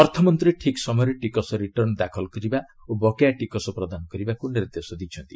ଅର୍ଥମନ୍ତ୍ରୀ ଠିକ୍ ସମୟରେ ଟିକସ ରିଟର୍ଣ୍ଣ ଦାଖଲ କରିବା ଓ ବକେୟା ଟିକସ ପ୍ରଦାନ କରିବାକୁ ନିର୍ଦ୍ଦେଶ ଦେଇଛନ୍ତି